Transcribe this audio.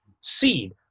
seed